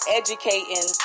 educating